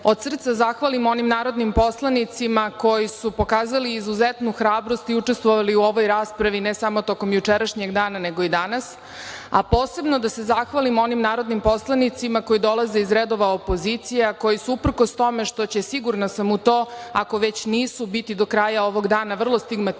od srca zahvalim onim narodnim poslanicima koji su pokazali izuzetnu hrabrost i učestvovali u ovoj raspravi, ne samo tokom jučerašnjeg dana, nego i danas, a posebno da se zahvalim onim narodnim poslanicima koji dolaze iz redova opozicije, a koji su uprkos tome što će, sigurna sam u to, ako već nisu, biti do kraja ovog dana vrlo stigmatizovani,